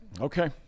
okay